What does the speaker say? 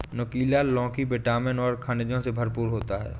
नुकीला लौकी विटामिन और खनिजों से भरपूर होती है